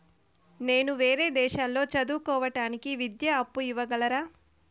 నేను వేరే దేశాల్లో చదువు కోవడానికి విద్యా అప్పు ఇవ్వగలరా?